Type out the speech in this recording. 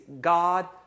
God